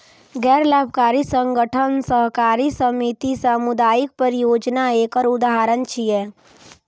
गैर लाभकारी संगठन, सहकारी समिति, सामुदायिक परियोजना एकर उदाहरण छियै